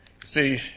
See